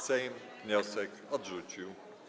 Sejm wniosek odrzucił.